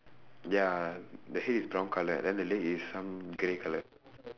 ya the head is brown colour then the leg is some grey colour